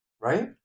right